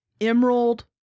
Emerald